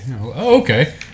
Okay